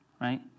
Right